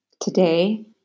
Today